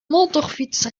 motorfiets